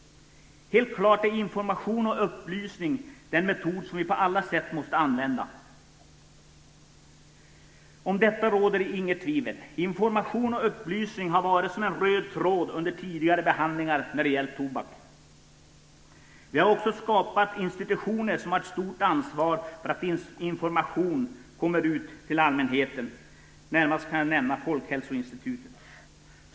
Helt klart är information och upplysning den metod som vi på alla sätt måste använda oss av, om detta råder det inget tvivel. Information och upplysning har gått som en röd tråd genom tidigare behandlingar som gällt tobaken. Vi har också skapat institutioner som har ett stort ansvar för att information kommer ut till allmänheten. Jag kan närmast nämna Folkhälsoinstitutet.